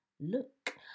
look